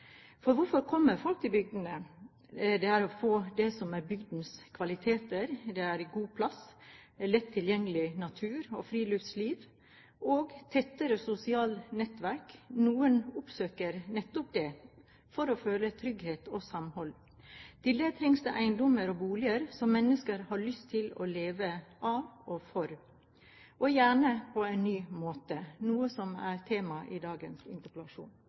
For hvorfor kommer folk til bygdene? Jo, det er for å få det som er bygdens kvaliteter: god plass, lett tilgjengelig natur og friluftsliv og tettere sosiale nettverk. Noen oppsøker nettopp det for å føle trygghet og samhold. Til det trengs det eiendommer og boliger som mennesker har lyst til å leve av og for, og gjerne på en ny måte – noe som er temaet i dagens interpellasjon.